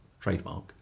trademark